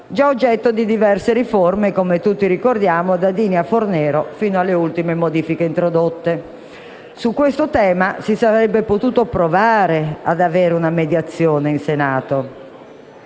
già oggetto di diverse riforme, da Dini a Fornero, sino alle ultime modifiche introdotte. Su questo tema si sarebbe potuto provare ad avere una mediazione in Senato.